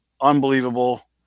unbelievable